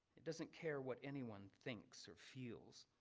it doesn't care what anyone thinks or feels.